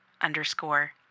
underscore